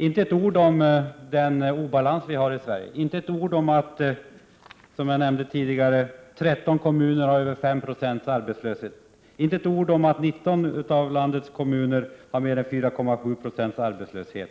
Inte ett ord om den obalans vi har i Sverige, inte ett ord om att — som jag nämnde tidigare — 13 kommuner har över 5 Jo arbetslöshet, inte ett ord om att 19 av landets kommuner har mer än 4,7 Jo arbetslöshet,